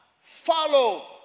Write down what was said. follow